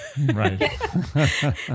Right